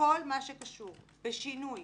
שכל מה שקשור בשינוי